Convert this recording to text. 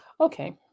okay